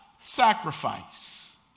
sacrifice